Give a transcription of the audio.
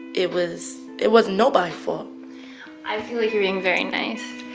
it was it wasn't nobody fault i feel like you're being very nice.